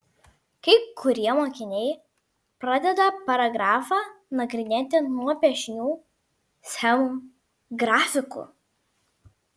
kai kurie mokiniai pradeda paragrafą nagrinėti nuo piešinių schemų grafikų